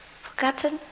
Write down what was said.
Forgotten